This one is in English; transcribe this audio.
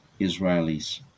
Israelis